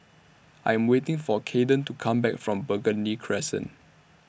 I Am waiting For Cayden to Come Back from Burgundy Crescent